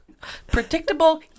Predictable